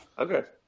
Okay